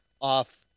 off